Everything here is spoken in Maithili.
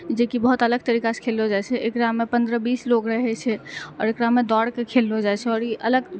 जेकि बहुत अलग तरीकासँ खेललऽ जाइ छै एकरामे पनरह बीस लोक रहै छै आओर एकरामे दौड़िके खेललऽ जाइ छै आओर ई अलग